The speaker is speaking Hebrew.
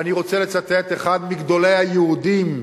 אני רוצה לצטט אחד מגדולי היהודים,